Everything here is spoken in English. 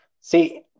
See